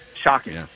shocking